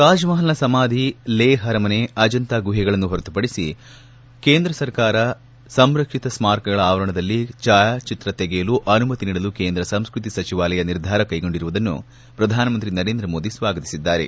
ತಾಜ್ ಮಹಲ್ನ ಸಮಾಧಿ ಲೇಹ್ ಅರಮನೆ ಅಜಂತಾ ಗುಹೆಗಳನ್ನು ಹೊರತುಪಡಿಸಿ ಹೊರತುಪಡಿಸಿ ಕೇಂದ್ರ ಸರ್ಕಾರ ಸಂರಕ್ಷಿತ ಸ್ಮಾರಕಗಳ ಆವರಣದಲ್ಲಿ ಛಾಯಾಚಿತ್ರ ತೆಗೆಯಲು ಅನುಮತಿ ನೀಡಲು ಕೇಂದ್ರ ಸಂಸ್ಕೃತಿ ಸಚಿವಾಲಯ ನಿರ್ಧಾರ ಕೈಗೊಂಡಿರುವುದನ್ನು ಪ್ರಧಾನಮಂತ್ರಿ ನರೇಂದ್ರ ಮೋದಿ ಸ್ವಾಗತಿಸಿದ್ದಾರೆ